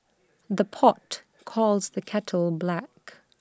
the pot calls the kettle black